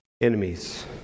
enemies